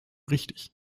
richtig